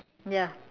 ya